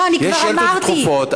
יש שאילתות דחופות,